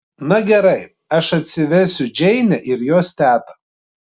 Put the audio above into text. na gerai aš atsivesiu džeinę ir jos tetą